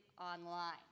online